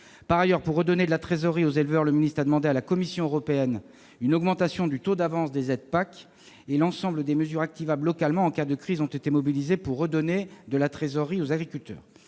Par ailleurs, pour redonner de la trésorerie aux éleveurs, le ministre a demandé à la Commission européenne une augmentation du taux d'avance des aides de la PAC. L'ensemble des mesures activables localement en cas de crise a été mobilisé pour redonner de la trésorerie aux agriculteurs